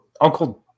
Uncle